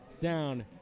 sound